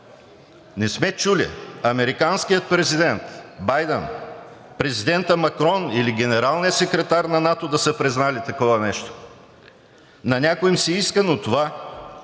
Не сме чули американският президент Байдън, президентът Макрон или генералният секретар на НАТО да са признали такова нещо. На някои им се иска, но това